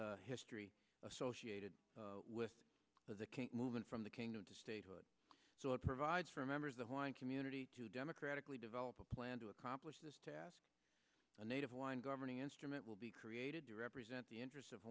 social history associated with the movement from the king to statehood so it provides for members of wind community to democratically develop a plan to accomplish this task a native wind governing instrument will be created to represent the interests of